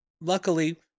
Luckily